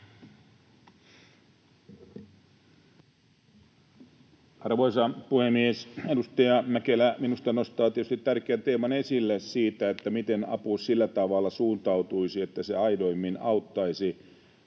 Arvoisa puhemies! Edustaja Mäkelä minusta nostaa tietysti tärkeän teeman esille; sen, miten apu sillä tavalla suuntautuisi, että se aidoimmin auttaisi